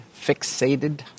Fixated